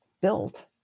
built